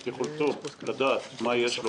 על יכולתו לדעת מה יש לו,